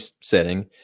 setting